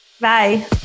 Bye